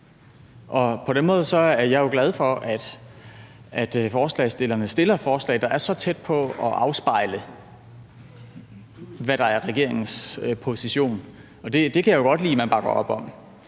På den måde er jeg jo glad for, forslagsstillerne fremsætter et forslag, der er så tæt på afspejle, hvad der er regeringens position, og det kan jeg jo godt lide at man bakker op om.